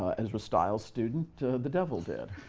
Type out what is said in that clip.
ezra stiles student. the devil did.